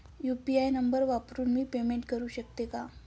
UPI number वापरून मी payment करू शकते का?